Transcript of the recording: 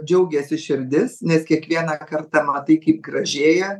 džiaugiasi širdis nes kiekvieną kartą matai kaip gražėja